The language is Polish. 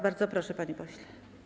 Bardzo proszę, panie pośle.